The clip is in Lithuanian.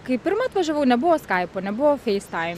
kai pirma atvažiavau nebuvo skaipo nebuvo feistaim